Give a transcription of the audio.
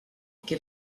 qui